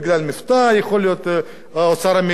יכול להיות שבגלל אוצר המלים הצנוע.